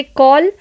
call